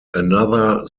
another